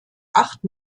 acht